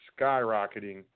skyrocketing